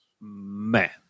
man